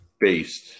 based